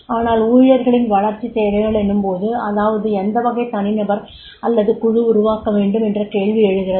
ஆனால் ஊழியர்களின் வளர்ச்சித் தேவைகள் எனும்போது அதாவது எந்த வகை தனிநபர் அல்லது குழு உருவாக்க வேண்டும் என்ற கேள்வி எழுகிறது